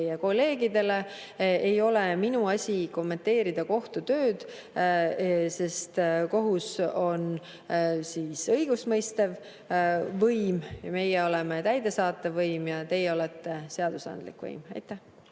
teie kolleegidele, ei ole minu asi kommenteerida kohtu tööd, sest kohus on õigustmõistev võim, meie oleme täidesaatev võim ja teie olete seadusandlik võim. Aitäh!